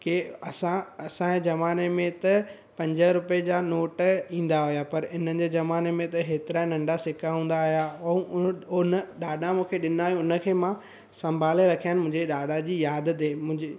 की असां असांजे ज़माने में त पंज रुपए जा नोट ईंदा हुआ पर इन्हनि जे ज़माने में त हेतिरा नंढा सिका हूंदा हुआ ऐं उ उट हुन ॾाॾा मूंखे ॾिना हुअईं हुनखे मां संभाले रखिया आहिनि मुंहिंजे ॾाॾा जी यादि ते मुंहिंजे